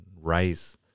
rice